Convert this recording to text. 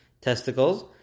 testicles